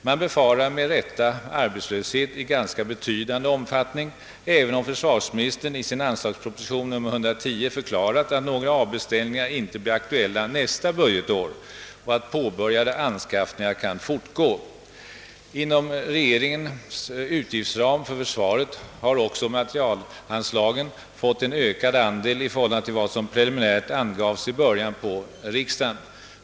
Man befarar med rätta arbetslöshet i ganska betydande omfattning, även om försvarsministern i sin anslagsproposition nr 110 förklarat att några avbeställningar inte blir aktuella nästa budgetår och att påbörjade anskaffningar kan fortgå. Inom regeringens utgiftsram för försvaret har materielanslagen fått en ökad andel i förhållande till vad som preliminärt angavs i början av riksdagen.